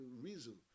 reason